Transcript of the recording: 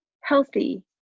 healthy